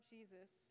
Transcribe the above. Jesus